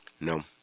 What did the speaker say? No